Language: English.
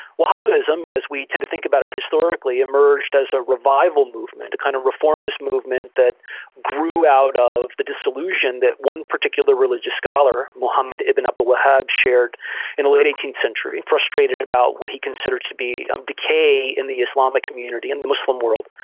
wahhabism, as we tend to think about it historically, emerged as a revival movement, kind of reformist movement that grew out of the disillusion that one particular religious scholar, muhammad ibn abd al-wahhab, shared in the late eighteenth century, frustrated about what he considered to be um decay in the islamic community, in the muslim world,